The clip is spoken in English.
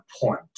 point